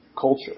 culture